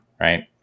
right